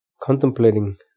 contemplating